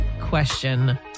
question